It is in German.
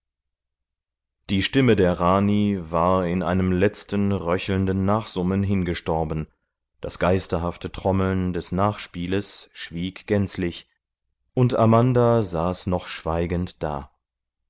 die stimme der rani war in einem letzten röchelnden nachsummen hingestorben das geisterhafte trommeln des nachspieles schwieg gänzlich und amanda saß noch schweigend da